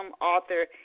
author